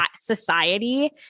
society